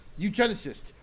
eugenicist